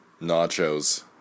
nachos